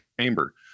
chamber